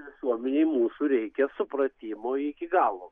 visuomenei mūsų reikia supratimo iki galo